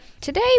today